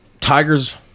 Tigers